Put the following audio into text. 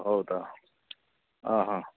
ಓಹೋಹೋ ಹೌದಾ ಹಾಂ ಹಾಂ